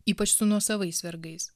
ypač su nuosavais vergais